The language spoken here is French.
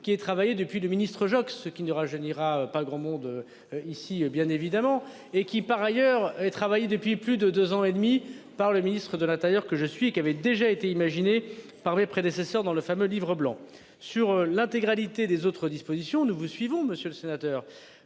qui est travaillé depuis le ministre-ce qu'il n'y aura je n'ira pas grand monde. Ici, bien évidemment, et qui par ailleurs travaillé depuis plus de 2 ans et demi par le ministre de l'Intérieur que je suis, qui avait déjà été imaginé par mes prédécesseurs dans le fameux Livre blanc sur l'intégralité des autres dispositions, nous vous suivons, monsieur le sénateur.